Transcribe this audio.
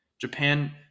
Japan